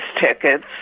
tickets